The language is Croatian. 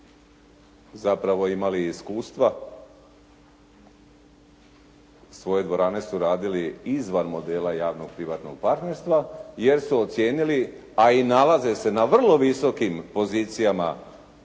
zapravo imali i iskustva, svoje dvorane su radili izvan modela javno-privatnog partnerstva jer su ocijenili, a i nalaze se na vrlo visokim pozicijama